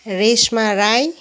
Reshma Rai